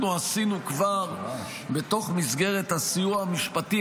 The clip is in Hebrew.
אנחנו עשינו כבר בתוך מסגרת הסיוע המשפטי